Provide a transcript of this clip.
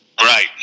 Right